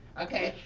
okay,